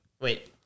Wait